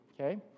Okay